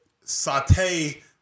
saute